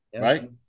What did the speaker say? right